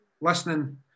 listening